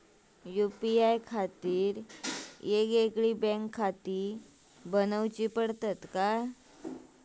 UPI खातीर येगयेगळे बँकखाते बनऊची पडतात काय?